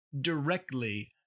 directly